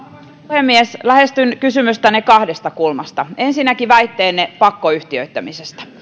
puhemies lähestyn kysymystänne kahdesta kulmasta ensinnäkin väitteenne pakkoyhtiöittämisestä